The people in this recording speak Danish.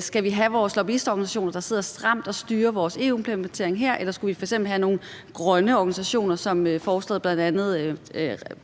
Skal vi have vores lobbyistorganisationer, der sidder stramt og styrer vores EU-implementering her, eller skulle vi f.eks. have nogle grønne organisationer, som forslaget bl.a.